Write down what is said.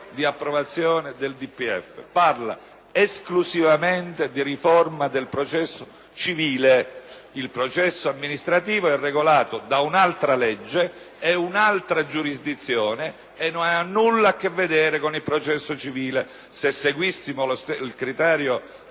la risoluzione di approvazione del DPEF parla esclusivamente di riforma del processo civile; il processo amministrativo è regolato da un'altra legge, riguarda un'altra giurisdizione e non ha nulla a che vedere con il processo civile.